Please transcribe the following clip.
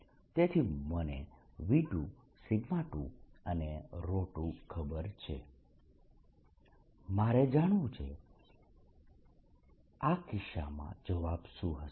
તેથી મને V2 2 અને 2 ખબર છે મારે જાણવું છે આ કિસ્સામાં જવાબ શું હશે